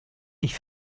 ich